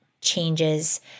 changes